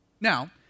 Now